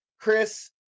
Chris